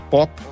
Pop